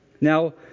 Now